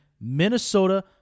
Minnesota